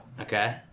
Okay